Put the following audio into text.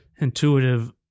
intuitive